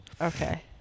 Okay